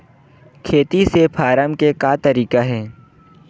खेती से फारम के का तरीका हे?